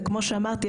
וכמו שאמרתי,